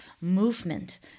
movement